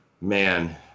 Man